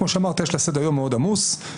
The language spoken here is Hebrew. כמו שאמרת, יש לה סדר יום עמוס מאוד.